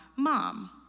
mom